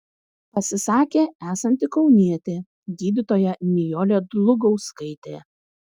pasisakė esanti kaunietė gydytoja nijolė dlugauskaitė